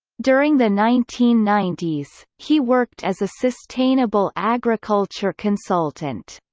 during the nineteen ninety s, he worked as a sustainable agriculture consultant.